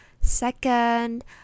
Second